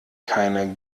keine